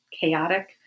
chaotic